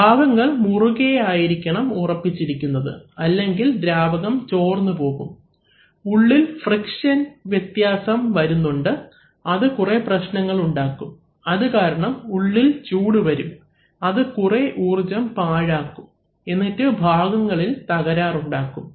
ഭാഗങ്ങൾ മുറുകെ ആയിരിക്കണം ഉറപ്പിച്ചിരിക്കുന്നത് അല്ലെങ്കിൽ ദ്രാവകം ചോർന്നു പോകും ഉള്ളിൽ ഫ്രിക്ഷൻ വരുന്നുണ്ട് അത് കുറെ പ്രശ്നങ്ങൾ ഉണ്ടാകും അതുകാരണം ഉള്ളിൽ ചൂട് വരും അത് കുറേ ഊർജ്ജം പാഴാകും എന്നിട്ട് ഭാഗങ്ങളിൽ തകരാറുണ്ടാക്കും